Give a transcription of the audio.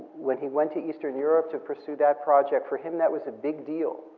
when he went to eastern europe to pursue that project, for him, that was big deal.